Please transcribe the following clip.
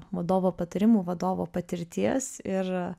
vadovo patarimų vadovo patirties ir